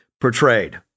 portrayed